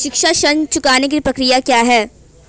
शिक्षा ऋण चुकाने की प्रक्रिया क्या है?